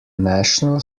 national